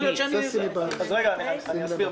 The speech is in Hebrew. אסביר.